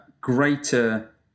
greater